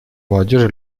молодежи